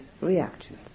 reactions